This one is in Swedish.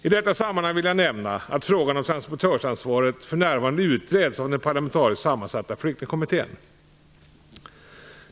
I detta sammanhang vill jag nämna att frågan om transportörsansvaret för närvarande utreds av den parlamentariskt sammansatta Flyktingkommittén.